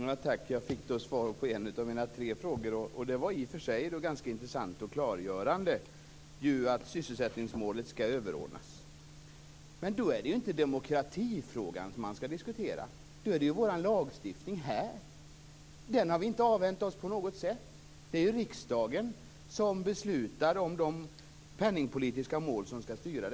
Fru talman! Jag fick svar på en av mina tre frågor. Det var i och för sig ganska intressant och klargörande. Sysselsättningsmålet skall överordnas. Men då är det inte demokratifrågan som man skall diskutera, utan vår lagstiftning. Den har vi inte avhänt oss på något sätt. Det är riksdagen som beslutar om de penningpolitiska mål som skall styra.